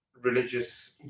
religious